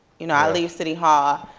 you know i leave city hall,